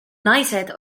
naised